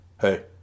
hey